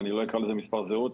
ואני לא אקרא לזה מספר זהות,